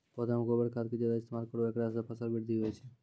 पौधा मे गोबर खाद के ज्यादा इस्तेमाल करौ ऐकरा से फसल बृद्धि होय छै?